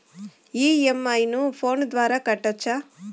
నా ఇ.ఎం.ఐ ను ఫోను ద్వారా కట్టొచ్చా?